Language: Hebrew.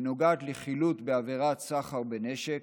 שנוגעת לחילוט בעבירת סחר בנשק,